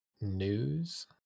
news